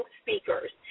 speakers